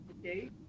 okay